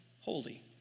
holy